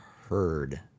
heard